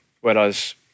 whereas